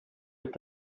est